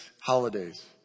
holidays